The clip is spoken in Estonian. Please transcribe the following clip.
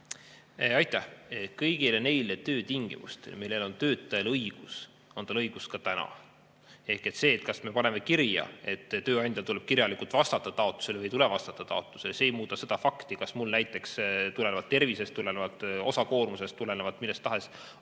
Aitäh! Kõigile neile töötingimustele, millele töötajal on õigus, on tal õigus ka täna. Ehk see, kas me paneme kirja, et tööandjal tuleb kirjalikult vastata taotlusele või ei tule vastata taotlusele, ei muuda seda, kas mul näiteks tulenevalt tervisest, tulenevalt osakoormusest, tulenevalt millest tahes